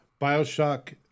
Bioshock